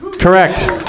Correct